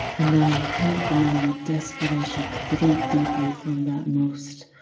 and now you cannot deny your desperation to drink deeply from that most.